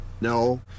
No